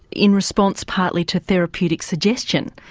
in response partly to therapeutic suggestion,